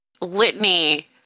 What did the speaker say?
litany